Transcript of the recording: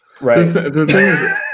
Right